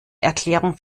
erklärung